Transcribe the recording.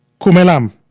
Kumelam